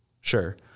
Sure